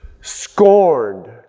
scorned